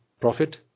profit